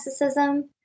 narcissism